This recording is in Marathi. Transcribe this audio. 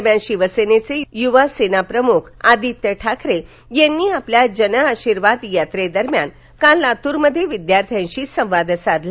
दरम्यान शिवसेनेचे युवा सेना प्रमुख आदित्य ठाकरे यांनी आपल्या जनआशिर्वाद यात्रे दरम्यान काल लातूरमध्ये विद्यार्थ्यांशी संवाद साधला